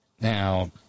Now